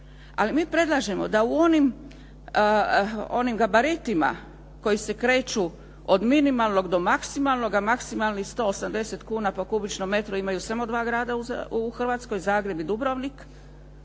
ali mi predlažemo da u onim gabaritima koji se kreću od minimalnog do maksimalnoga, maksimalnih 180 kuna po kubičnom metru imaju samo dva grada u Hrvatskoj, Zagreb i Dubrovnik,